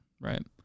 right